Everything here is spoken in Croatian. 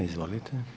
Izvolite.